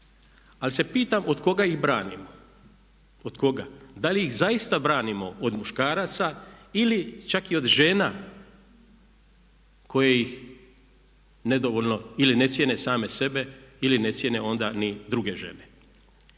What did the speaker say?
Ali se pitam od koga ih branimo? Od koga? Da li ih zaista branimo od muškaraca ili čak i od žena koje ih nedovoljno ili ne cijene same sebe ili ne cijene onda ni druge žene?